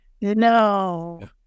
No